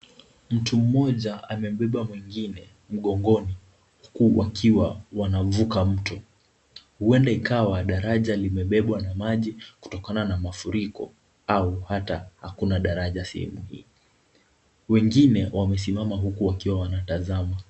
Mtu mmoja amembeba mwingine mgongoni. Huku wakiwa wanavuka mto. Huenda ikawa daraja limebebwa na maji kutokana na mafuriko, au hata hakuna daraja sehemu hii. Wengine wamesimama huku wakiwa wanatazama.